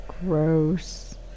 Gross